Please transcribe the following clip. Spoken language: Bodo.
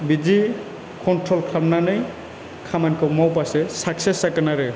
बिदि कन्ट्रल खालामनानै खामानिखौ मावबासो साकसेस जागोन आरो